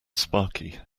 sparky